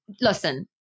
listen